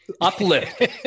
uplift